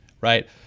right